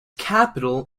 capital